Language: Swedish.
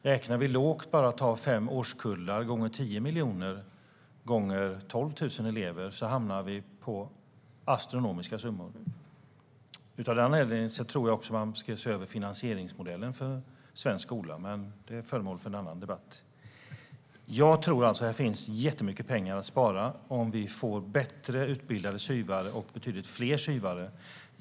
Räknar vi lågt och tar fem årskullar gånger 10 miljoner gånger 12 000 elever hamnar vi på astronomiska summor. Av den anledningen tror jag att man också ska se över finansieringsmodellen för svensk skola, men det är föremål för en annan debatt. Det finns alltså jättemycket pengar att spara om vi får bättre utbildade SYV:are och betydligt fler SYV:are.